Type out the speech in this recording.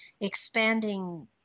expanding